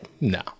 No